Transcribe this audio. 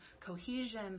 cohesion